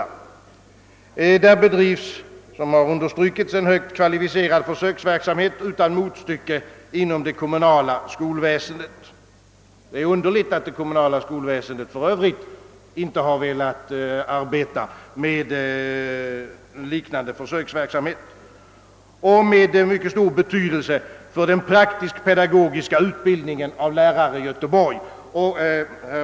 Vid denna avdelning bedrivs, såsom här har understrukits, en högt kvalificerad försöksverksamhet utan motstycke inom det kommunala skolväsendet — det är f. ö. underligt att det kommunala skolväsendet inte har velat arbeta med en liknande försöksverksamhet. Denna försöksverksamhet har mycket stor betydelse för den praktisk-pedagogiska utbildningen av lärare i Göteborg.